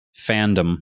fandom